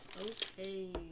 Okay